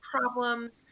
problems